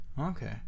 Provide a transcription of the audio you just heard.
Okay